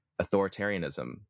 authoritarianism